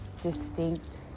distinct